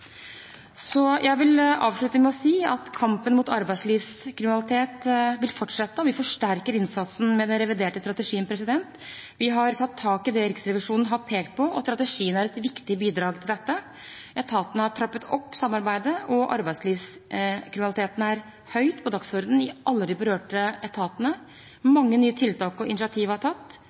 Jeg vil avslutte med å si at kampen mot arbeidslivskriminalitet vil fortsette, og vi forsterker innsatsen med den reviderte strategien. Vi har tatt tak i det Riksrevisjonen har pekt på, og strategien er et viktig bidrag til dette. Etatene har trappet opp samarbeidet, og arbeidslivskriminalitet står høyt på dagsordenen i alle de berørte etatene. Mange nye tiltak og initiativ er tatt,